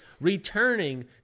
returning